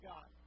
God